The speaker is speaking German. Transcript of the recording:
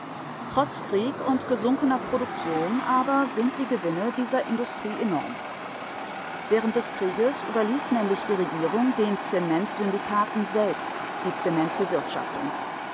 trotz krieg und gesunkener produktion aber sind die gewinne dieser industrie enorm während des krieges überließ nämlich die regierung den zementsyndikaten selbst die